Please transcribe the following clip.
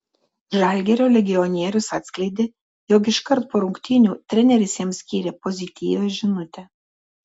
žalgirio legionierius atskleidė jog iškart po rungtynių treneris jam skyrė pozityvią žinutę